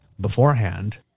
beforehand